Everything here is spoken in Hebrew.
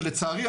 ולצערי,